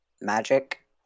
magic